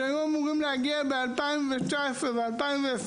שהיו אמורים להגיע ב-2019 וב-2020,